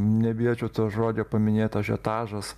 nebijočiau to žodžio paminėt ažiotažas